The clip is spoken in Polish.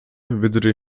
wydry